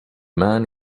man